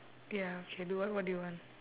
ya okay do what do you want